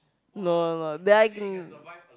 no no no that I can